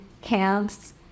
camps